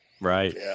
Right